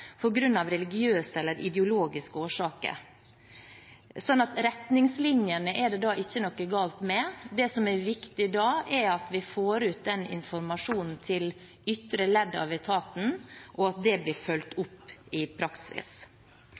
religiøse eller ideologiske årsaker. Så retningslinjene er det ikke noe galt med. Det som er viktig da, er at vi får ut denne informasjonen til ytre ledd av etaten, og at det blir fulgt opp i praksis.